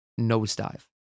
nosedive